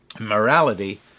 Morality